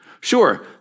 Sure